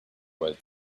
was